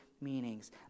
meanings